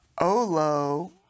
Olo